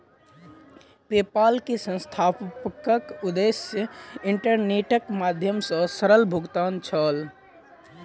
PayPal के संस्थापकक उद्देश्य इंटरनेटक माध्यम सॅ सरल भुगतान छल